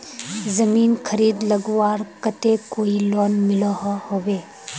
जमीन खरीद लगवार केते कोई लोन मिलोहो होबे?